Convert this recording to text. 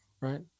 Right